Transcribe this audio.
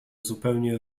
zupełnie